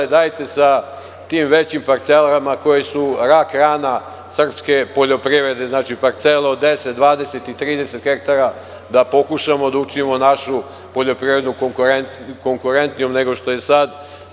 Dajte sa tim većim parcelama, koje su rak rana srpske poljoprivrede, znači parcele od 10, 20 i 30 hektara, da pokušamo da učinimo našu poljoprivredu konkurentnijom nego što je sad.